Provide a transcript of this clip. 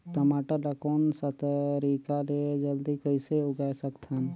टमाटर ला कोन सा तरीका ले जल्दी कइसे उगाय सकथन?